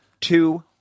two